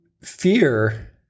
fear